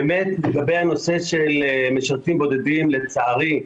לגבי משרתים בודדים - לצערי,